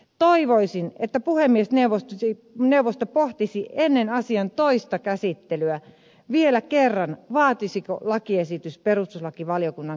toivoisin että puhemiesneuvosto pohtisi ennen asian toista käsittelyä vielä kerran vaatisiko lakiesitys perustuslakivaliokunnan käsittelyä